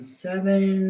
seven